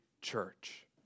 church